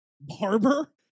barber